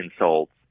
insults